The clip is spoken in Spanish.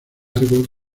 argos